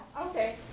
Okay